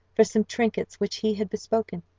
for some trinkets which he had bespoken.